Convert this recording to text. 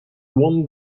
one